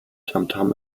tamtam